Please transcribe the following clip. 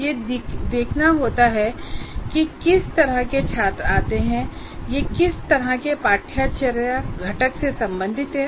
ये दिखना होता है कि किस तरह के छात्र आते हैं यह किस तरह के पाठ्यचर्या घटक से संबंधित है